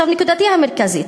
נקודתי המרכזית,